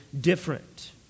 different